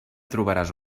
trobaràs